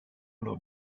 lors